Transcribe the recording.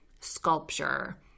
sculpture